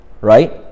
Right